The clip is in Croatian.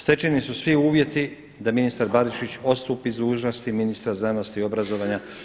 Stečeni su svi uvjeti da ministar Barišić odstupi s dužnosti ministra znanosti i obrazovanja.